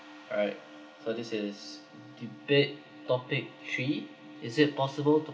alright so this is debate topic three is it possible to